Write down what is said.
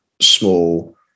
small